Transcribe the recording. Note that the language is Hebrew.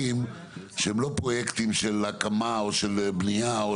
שהם לא פרויקטים של הקמה או בניה או